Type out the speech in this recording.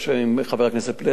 עם חבר הכנסת פלסנר,